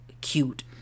cute